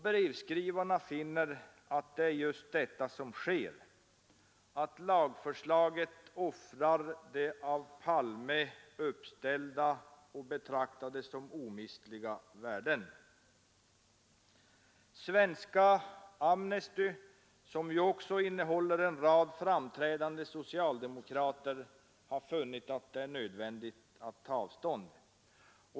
Brevskrivarna finner att det är just detta som sker; lagförslaget offrar de av Palme som omistliga betraktade värdena. Svenska Amnesty, som också innehåller en rad framträdande socialdemokrater, har funnit det nödvändigt att ta avstånd.